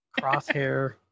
crosshair